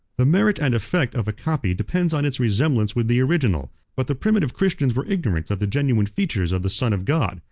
the merit and effect of a copy depends on its resemblance with the original but the primitive christians were ignorant of the genuine features of the son of god,